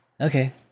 Okay